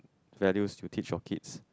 values you teach your kids